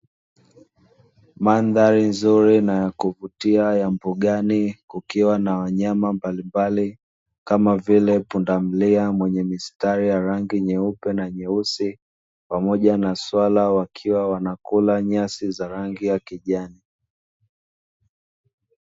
Mandhari nzuri na ya kuvutia ya mbugani kukiwa na wanyama mbalimbali kama vile pundamilia mwenye mistari ya rangi nyeupe na nyeusi, pamoja na swala wakiwa wanakula nyasi za rangi ya kijani.